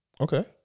Okay